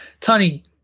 Tony